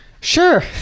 sure